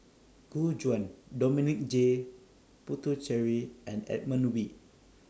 Gu Juan Dominic J Puthucheary and Edmund Wee